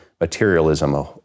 materialism